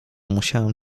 musiałem